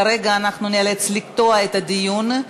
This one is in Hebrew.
כרגע אנחנו ניאלץ לקטוע את הדיון.